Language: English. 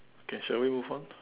okay shall we move on